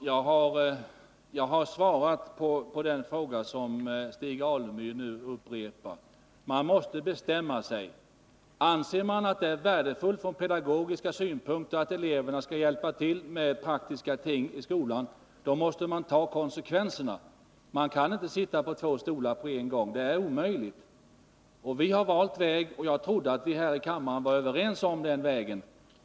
Fru talman! Jag har svarat på den fråga som Stig Alemyr nu upprepar. Man måste bestämma sig. Anser man att det är värdefullt från pedagogiska synpunkter att eleverna skall hjälpa till med praktiska ting i skolan, måste man ta konsekvenserna. Man kan inte sitta på två stolar på en gång. Det är 39 omöjligt. Vi har valt väg, och jag trodde att vi här i kammaren var överens om den vägen.